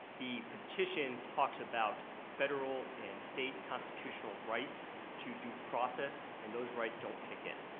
the petition talks about federal and state constitutional rights to due process, and those rights don't kick in,